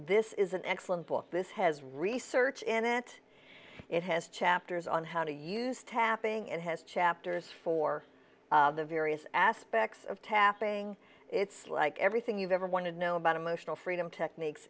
this is an excellent book this has research in it it has chapters on how to use tapping and has chapters for the various aspects of tapping it's like everything you've ever wanted to know about emotional freedom techniques